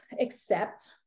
accept